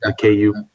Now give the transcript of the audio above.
ku